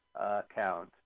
account